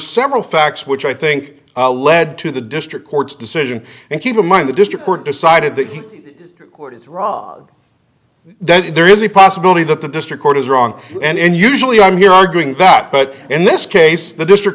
several facts which i think led to the district court's decision and keep in mind the district court decided that he records rod then there is a possibility that the district court is wrong and usually i'm here arguing that but in this case the district